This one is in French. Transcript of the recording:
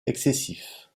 excessif